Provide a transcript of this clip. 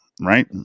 right